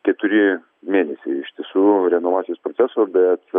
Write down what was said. keturi mėnesiai iš tiesų renovacijos proceso bet